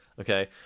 Okay